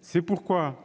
C'est pourquoi